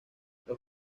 los